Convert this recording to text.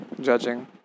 judging